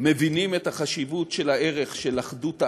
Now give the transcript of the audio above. מבינים את החשיבות של הערך של אחדות העם.